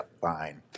fine